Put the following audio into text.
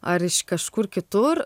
ar iš kažkur kitur